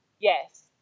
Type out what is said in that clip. yes